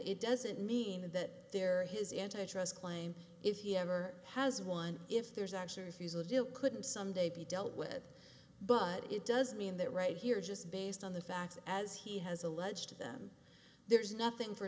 it doesn't mean that there his antitrust claim if he ever has one if there's actually refusal a deal couldn't someday be dealt with but it doesn't mean that right here just based on the facts as he has alleged to them there's nothing for